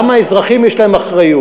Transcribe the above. גם האזרחים יש להם אחריות,